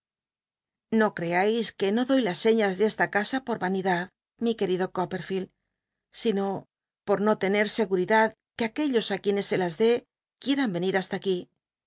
o creais que no doy las señas de esta casa por vanidad mi quctido coppcrfield sino por no tener scgutidnd que aquellos i quienes se hts dé quieran ycnir hasta aquí